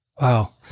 Wow